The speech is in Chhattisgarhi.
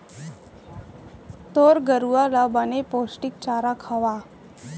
तोर गरूवा ल बने पोस्टिक चारा खवा